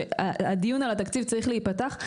שהדיון על התקציב צריך להיפתח.